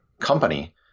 company